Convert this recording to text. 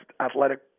athletic